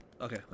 Okay